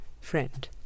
Friend